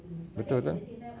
betul betul